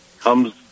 comes